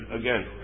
again